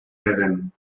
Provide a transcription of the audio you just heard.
heaven